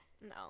No